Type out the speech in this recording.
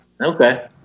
Okay